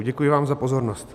Děkuji vám za pozornost.